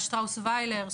שטראוס-ויילר,